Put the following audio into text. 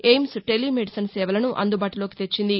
AIIMS telemedicine సేవలసు అందుబాటులోనికి తెచ్చింది